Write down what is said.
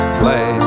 play